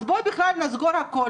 אז בוא בכלל נסגור הכול,